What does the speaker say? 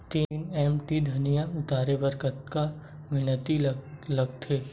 तीन एम.टी धनिया उतारे बर कतका मेहनती लागथे?